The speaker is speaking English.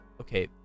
okay